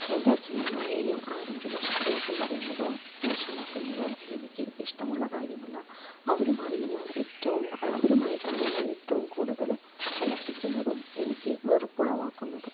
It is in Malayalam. എൻ്റെ അച്ഛനേം അമ്മേനേം ആരെങ്കിലും ദോഷംപറയുന്നതോ മോശമാക്കുന്നതോ എനിക്ക് ഇഷ്ടമുള്ള കാര്യമല്ല അവരുമായി ഞാൻ ഏറ്റോം അവരുമായിട്ടാണ് ഞാൻ ഏറ്റോം കൂടുതൽ കലഹിക്കുന്നതും എനിക്ക് വെറുപ്പുളവാക്കുന്നതും